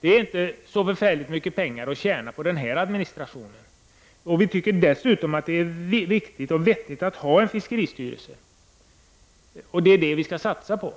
Det är inte så förfärligt mycket pengar att tjäna på den administrationen, och vi tycker dessutom att det är viktigt och vettigt att ha en fiskeristyrelse. Det är det vi skall satsa på.